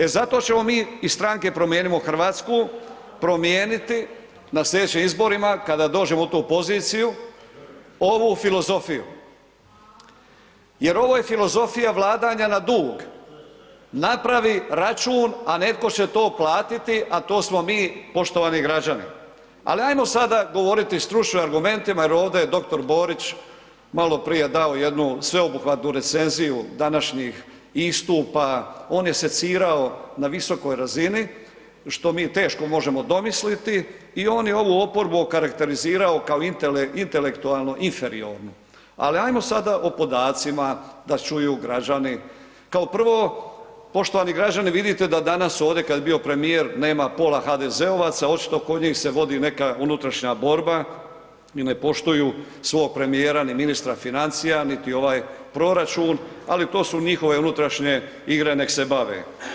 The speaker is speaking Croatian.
E zato ćemo mi iz stranke Promijenimo Hrvatsku promijeniti na sljedećim izborima kada dođemo u tu poziciju ovu filozofiju jer ovo je filozofija vladanja na dug, napravi račun, a netko će to platiti, a to smo mi poštovani građani, ali ajmo sada govoriti stručno argumentima jer je ovdje doktor Borić maloprije dao jednu sveobuhvatnu recenziju današnjih istupa, on je secirao na visokoj razini, što mi teško možemo domisliti i on je ovu oporbu okarakterizirao kao intelektualno inferiornu, ali ajmo sada o podacima da čuju građani, kao prvo poštovani građani vidite da danas ovdje kad je bio premijer nema pola HDZ-ovaca, očito kod njih se vodi neka unutrašnja borba i ne poštuju svog premijera, ni ministra financija, niti ovaj proračun, ali to su njihove unutrašnje igre, nek se bave.